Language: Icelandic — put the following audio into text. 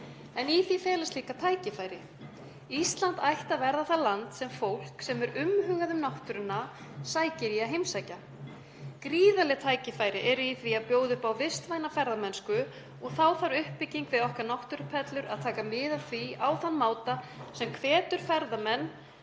En í því felast líka tækifæri. Ísland ætti að verða það land sem fólk sem er umhugað um náttúruna sækir í að heimsækja. Gríðarleg tækifæri eru í því að bjóða upp á vistvæna ferðamennsku og þá þarf uppbygging við okkar náttúruperlur að taka mið af því á þann máta sem hvetur ferðamenn